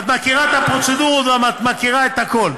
את מכירה את הפרוצדורות ואת מכירה את הכול.